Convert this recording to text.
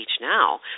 now